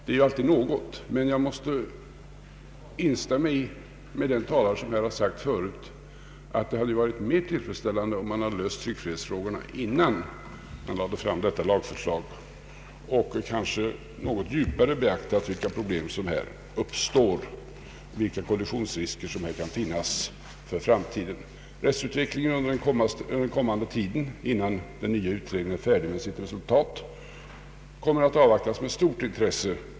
Detta är alltid något, men jag måste instämma med den talare som förut sade att det hade varit mer tillfredsställande om man löst tryckfrihetsfrågorna innan man lade fram det här lagförslaget och kanske något djupare beaktat vilka problem som uppstår och vilka kollisionsrisker som kan finnas för framtiden. Rättsutvecklingen under närmaste tiden, innan den nya utredningen är färdig med sitt resultat, kommer att avvaktas med stort intresse.